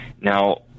Now